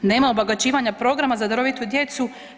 Nema obogaćivanja programa za darovitu djecu.